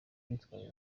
bitwaje